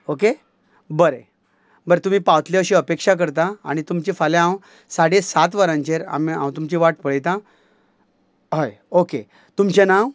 okay बरें बरें तुमी पावतली अशें अपेक्षा करता आनी तुमचे फाल्यां हांव साडे सात वरांचेर हांव तुमची वाट पळयतां हय ओके तुमचें नांव